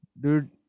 Dude